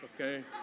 Okay